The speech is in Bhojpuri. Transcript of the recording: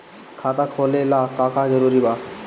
खाता खोले ला का का जरूरी बा?